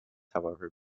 however